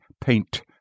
paint